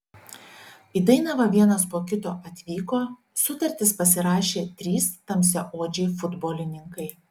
į dainavą vienas po kito atvyko sutartis pasirašė trys tamsiaodžiai futbolininkai